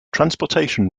transportation